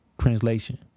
Translation